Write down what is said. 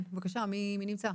בבקשה, מי נמצא?